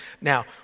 Now